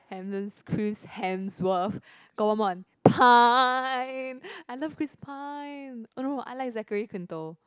and then Chris Hemsworth got one one Pine I love Chris Pine oh no I like Zachary Quinto